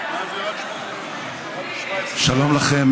שלום לכם.